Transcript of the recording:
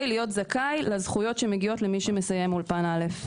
להיות זכאי לזכויות שמגיעות למי שמסיים אולפן א'.